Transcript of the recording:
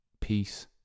Peace